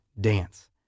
dance